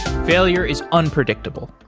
failure is unpredictable.